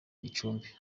gicumbi